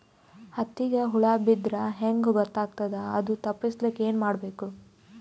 ಹತ್ತಿಗ ಹುಳ ಬಿದ್ದ್ರಾ ಹೆಂಗ್ ಗೊತ್ತಾಗ್ತದ ಅದು ತಪ್ಪಸಕ್ಕ್ ಏನ್ ಮಾಡಬೇಕು?